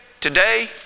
today